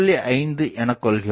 5 எனக்கொள்கிறோம்